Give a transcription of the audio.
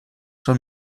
sua